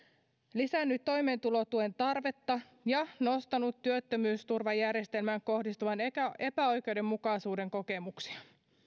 lisännyt toimeentulotuen tarvetta ja nostanut työttömyysturvajärjestelmään kohdistuvia epäoikeudenmukaisuuden kokemuksia